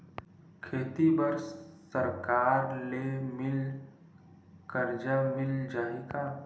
खेती बर सरकार ले मिल कर्जा मिल जाहि का?